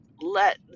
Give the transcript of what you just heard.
let